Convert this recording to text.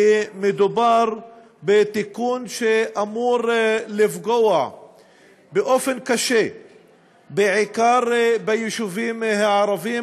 כי מדובר בתיקון שאמור לפגוע באופן קשה בעיקר ביישובים הערביים,